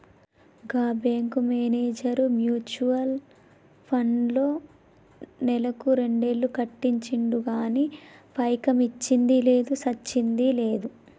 గా bank manager mutual ఫండ్లో నెలకు రెండేలు కట్టించిండు గానీ పైకమొచ్చ్చింది లేదు, సచ్చింది లేదు